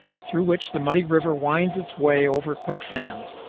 through which the muddy river winds its way over quicksands.